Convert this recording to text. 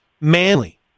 manly